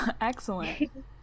excellent